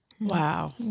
Wow